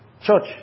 Church